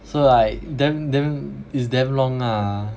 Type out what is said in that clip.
so like damn damn is damn long ah